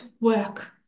work